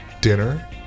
dinner